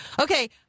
Okay